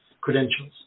credentials